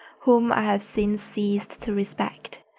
whom i have since ceased to respect.